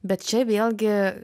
bet čia vėlgi